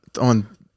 on